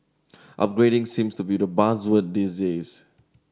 upgrading seems to be the buzzword disease